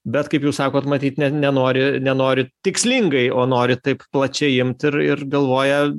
bet kaip jūs sakot matyt ne nenori nenori tikslingai o nori taip plačiai imt ir ir galvoja